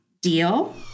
Deal